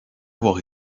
avoir